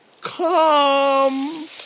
come